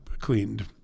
cleaned